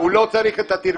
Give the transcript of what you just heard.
הוא לא צריך את התרגום.